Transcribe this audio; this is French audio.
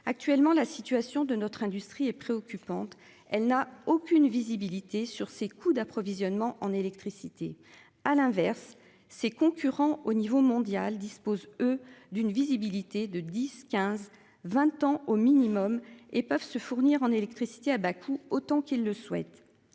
actuellement la situation de notre industrie est préoccupante, elle n'a aucune visibilité sur ses coûts d'approvisionnement en électricité. À l'inverse, ses concurrents au niveau mondial disposent eux d'une visibilité de 10 15, 20 ans au minimum et peuvent se fournir en électricité à bas autant qu'il le souhaite.